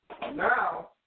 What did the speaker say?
Now